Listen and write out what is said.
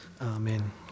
Amen